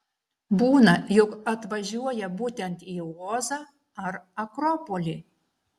būna jog atvažiuoja būtent į ozą ar akropolį